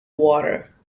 water